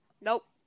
Nope